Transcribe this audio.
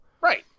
Right